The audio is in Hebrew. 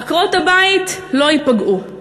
עקרות-הבית לא ייפגעו,